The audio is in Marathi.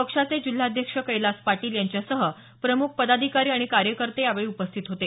पक्षाचे जिल्हाध्यक्ष कैलास पाटील यांच्यासह प्रमुख पदाधिकारी आणि कार्यकर्ते यावेळी उपस्थित होते